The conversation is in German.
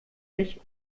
echt